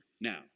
now